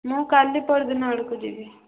ମୁଁ କାଲି ପରଦିନ ଆଡ଼କୁ ଯିବି